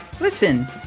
Listen